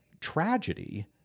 tragedy